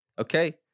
Okay